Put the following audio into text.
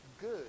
good